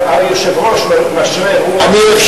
היושב-ראש משרה רוח,